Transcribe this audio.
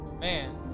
man